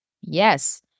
Yes